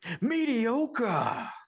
Mediocre